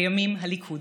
לימים הליכוד.